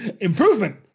Improvement